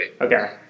Okay